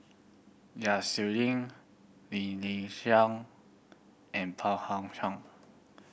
Yap Su Yin Lim Nee Siang and